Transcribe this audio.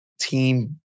team